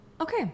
okay